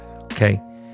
okay